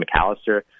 McAllister